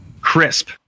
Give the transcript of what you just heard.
Crisp